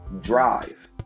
drive